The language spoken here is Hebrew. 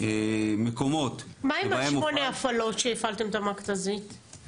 מקומות בהם הופעל --- מה עם השמונה הפעלות שהפעלתם את המכת"זית?